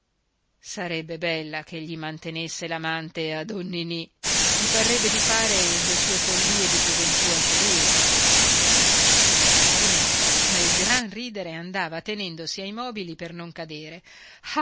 sarebbe bella che gli mantenesse l'amante a don ninì gli parrebbe di fare le sue follie di gioventù anche lui la baronessa dal gran ridere andava tenendosi ai mobili per non cadere